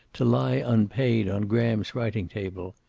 to lie unpaid on graham's writing table.